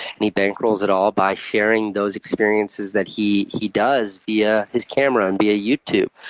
and he bankrolls it all by sharing those experiences that he he does via his camera and via youtube.